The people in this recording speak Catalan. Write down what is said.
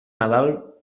nadal